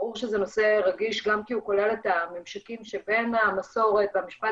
ברור שזה נושא רגיש גם כי הוא כולל את הממשקים שבין המסורת והמשפט